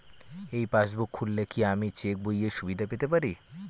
এই পাসবুক খুললে কি আমি চেকবইয়ের সুবিধা পেতে পারি?